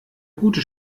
gute